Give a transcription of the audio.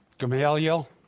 Gamaliel